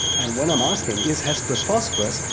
and when i'm asking is hesperus phosphorus,